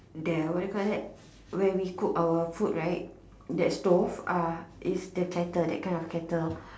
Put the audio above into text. the what you call that when we cook our food right that stove uh it's the kettle that kind of kettle